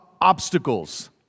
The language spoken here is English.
obstacles